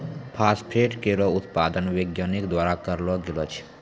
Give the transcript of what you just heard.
phosphate केरो उत्पादन वैज्ञानिक द्वारा करलो गेलो छै